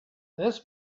this